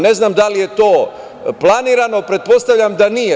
Ne znam da li je to planirano, pretpostavljam da nije.